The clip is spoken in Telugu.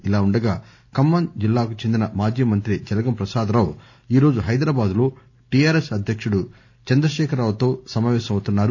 ఇలా ఉండగా ఖమ్మం జిల్లాకు చెందిన మాజీ మంత్రి జలగం ప్రసాదరావు ఈ రోజు హైదరాబాద్ లో టిఆర్ఎస్ అధ్యకుడు కెసిఆర్ తో సమాపేశమవుతున్నారు